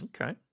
okay